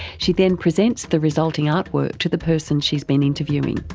she then presents the resulting artwork to the person she's been interviewing.